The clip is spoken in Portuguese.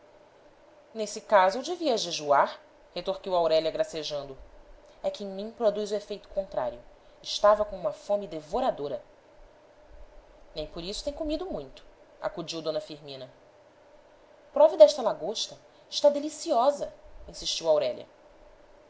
nesse caso eu devia jejuar retorquiu aurélia gracejando é que em mim produz o efeito contrário estava com uma fome devoradora nem por isso tem comido muito acudiu d firmina prove desta lagosta está deliciosa insistiu aurélia